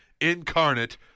incarnate